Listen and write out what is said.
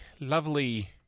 lovely